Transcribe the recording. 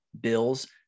bills